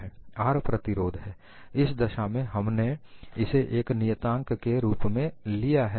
R प्रतिरोध है इस दशा में हमने इसे एक नियताँक के रूप में लिया है